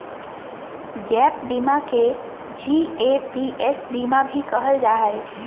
gap बीमा के जी.ए.पी.एस बीमा भी कहल जा हय